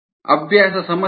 ಅಭ್ಯಾಸ ಸಮಸ್ಯೆ 5